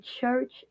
church